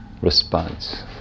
response